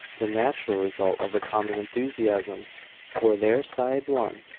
the natural result of a common enthusiasm for their side won.